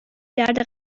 درد